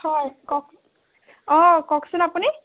হয় কওক অঁ কওকচোন আপুনি